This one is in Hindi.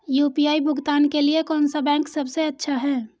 यू.पी.आई भुगतान के लिए कौन सा बैंक सबसे अच्छा है?